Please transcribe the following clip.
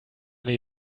nee